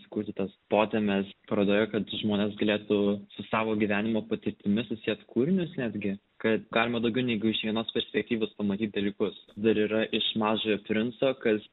sukurti tas potėmes paradoje kad žmonės galėtų su savo gyvenimo patirtimi susiet kūrinius netgi kad galima daugiau negu iš vienos perspektyvos pamatyt dalykus dar yra iš mažojo princo kas